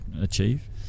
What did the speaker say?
achieve